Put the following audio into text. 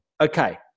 okay